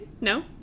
No